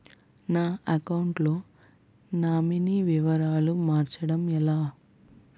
నా అకౌంట్ లో నామినీ వివరాలు మార్చటం ఎలా?